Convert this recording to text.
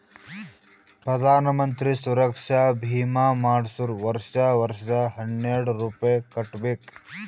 ಪ್ರಧಾನ್ ಮಂತ್ರಿ ಸುರಕ್ಷಾ ಭೀಮಾ ಮಾಡ್ಸುರ್ ವರ್ಷಾ ವರ್ಷಾ ಹನ್ನೆರೆಡ್ ರೂಪೆ ಕಟ್ಬಬೇಕ್